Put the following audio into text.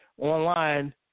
online